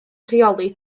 rheoli